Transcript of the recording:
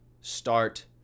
start